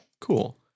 Cool